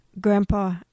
Grandpa